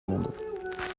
monde